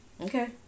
Okay